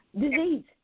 disease